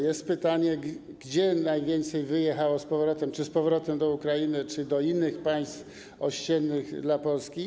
Jest pytanie, gdzie najwięcej wyjechało z powrotem: czy z powrotem do Ukrainy, czy do innych państw ościennych Polski.